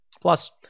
Plus